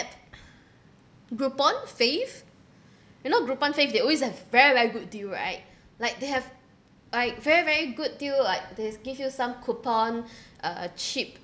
Groupon Fave you know Groupon Fave they always have very very good deal right like they have like very very good deal like they give you some coupon uh cheap